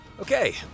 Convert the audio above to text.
Okay